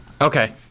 Okay